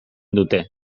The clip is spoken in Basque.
dute